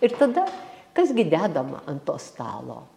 ir tada kas gi dedama ant to stalo